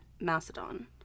Macedon